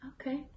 okay